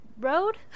Road